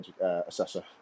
assessor